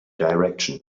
direction